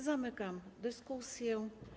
Zamykam dyskusję.